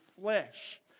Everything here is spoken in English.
flesh